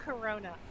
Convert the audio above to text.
Corona